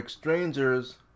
Strangers